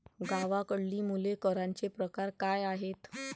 गावाकडली मुले करांचे प्रकार काय आहेत?